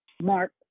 mark